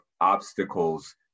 obstacles